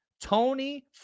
Tony